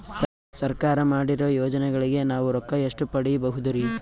ಸರ್ಕಾರ ಮಾಡಿರೋ ಯೋಜನೆಗಳಿಗೆ ನಾವು ರೊಕ್ಕ ಎಷ್ಟು ಪಡೀಬಹುದುರಿ?